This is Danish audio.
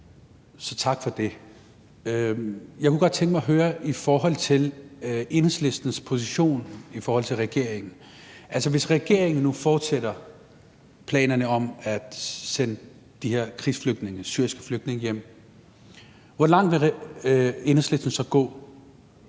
Så tak for det. Jeg kunne godt tænke mig at høre om Enhedslistens position i forhold til regeringen. Altså, hvis regeringen nu fortsætter planerne om at sende de her krigsflygtninge, syriske flygtninge, hjem, hvor langt vil Enhedslisten så gå?